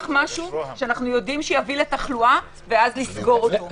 משהו שאנו יודעים שיביא לתחלואה ואז לסגור אותו.